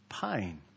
pain